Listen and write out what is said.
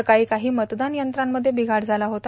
सकाळी काही मतदान यंत्रांमध्ये बिषाड झाला होता